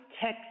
tech